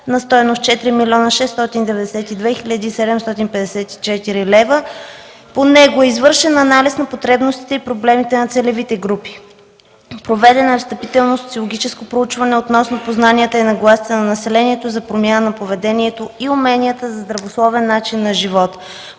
на стойност 4 млн. 692 хил. 745 лв. По него е извършен анализ на потребностите и проблемите на целевите групи. Проведено е встъпително социологическо проучване относно познанията и нагласите на населението за промяна поведението и уменията за здравословен начин на живот.